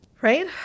right